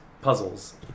puzzles